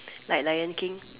like lion King